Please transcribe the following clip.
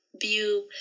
view